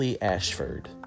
Ashford